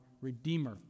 Redeemer